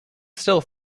still